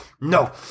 no